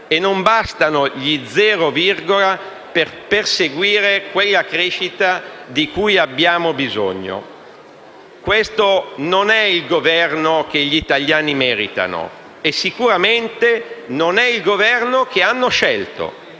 e non bastano gli «zero virgola» per perseguire quella crescita di cui abbiamo bisogno. Questo non è il Governo che gli italiani meritano e sicuramente non è il Governo che hanno scelto